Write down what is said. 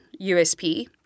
USP